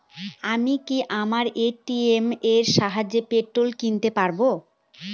আমি কি আমার এ.টি.এম এর সাহায্যে পেট্রোল কিনতে পারব?